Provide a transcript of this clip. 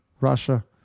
Russia